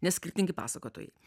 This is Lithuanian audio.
nes skirtingi pasakotojai